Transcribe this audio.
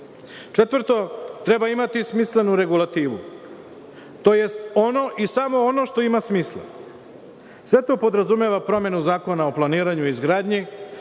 treba imati smislenu regulativu, tj. ono i samo ono što ima smisla. Sve to podrazumeva promenu Zakona o planiranju i izgradnji,